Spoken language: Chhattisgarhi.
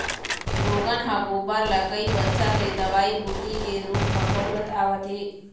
लोगन ह गोबर ल कई बच्छर ले दवई बूटी के रुप म बउरत आवत हे